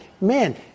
man